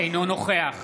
אינו נוכח